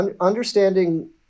understanding